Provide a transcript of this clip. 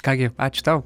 ką gi ačiū tau